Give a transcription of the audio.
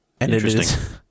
Interesting